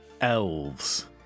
elves